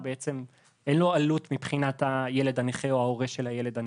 בעצם אין לו עלות מבחינת הילד הנכה או ההורה של הילד הנכה,